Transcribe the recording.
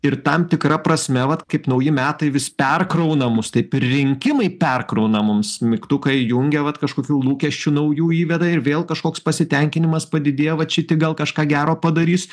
ir tam tikra prasme vat kaip nauji metai vis perkrauna mus taip ir rinkimai perkrauna mums mygtuką įjungia vat kažkokių lūkesčių naujų įveda ir vėl kažkoks pasitenkinimas padidėja vat šiti gal kažką gero padarys